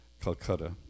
Calcutta